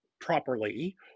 properly